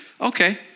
Okay